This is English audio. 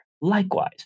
Likewise